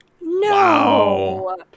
No